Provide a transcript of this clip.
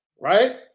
right